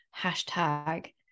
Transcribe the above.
hashtag